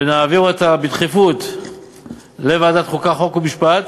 ונעביר אותה בדחיפות לוועדת החוקה, חוק ומשפט